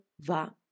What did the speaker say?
va